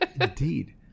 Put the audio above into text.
Indeed